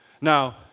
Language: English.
Now